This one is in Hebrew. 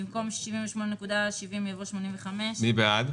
במקום 67.89 יבוא 72. מי בעד?